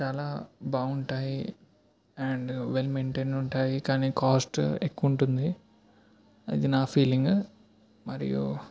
చాలా బాగుంటాయి and well maintain ఉంటాయి కానీ కాస్ట్ ఎక్కువ ఉంటుంది అది నా ఫీలింగ్ మరియు